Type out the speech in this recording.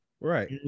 right